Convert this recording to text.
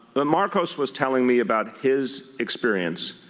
ah marcos was telling me about his experience